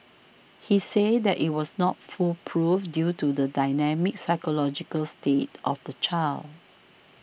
he said that it was not foolproof due to the dynamic psychological state of the child